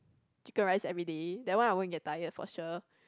chicken rice everyday that one I won't get tired for sure